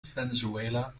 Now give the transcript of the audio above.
venezuela